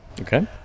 okay